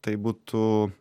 tai būtų